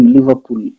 Liverpool